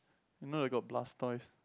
you know they got Blastoise